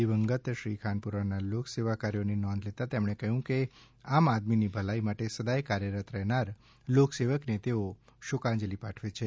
દિવંગત શ્રી ખાનપુરાના લોક્સેવા કાર્યોની નોંધ લેતા તેમણે કહ્યું છે કે આમ આદમીની ભલાઈ માટે સદાય કાર્યરત રહેનાર લોક સેવકને તેઓ શોકાંજલી પાઠવે છે